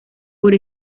por